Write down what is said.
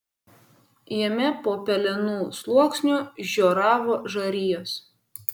jame po pelenų sluoksniu žioravo žarijos